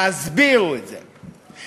תסבירו את זה.